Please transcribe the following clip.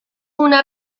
una